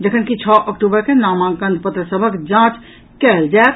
जखनकि छओ अक्टूबर के नामांकन पत्र सभक जांच कयल जायत